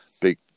big